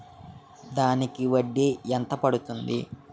దానికి వడ్డీ ఎంత పడుతుంది?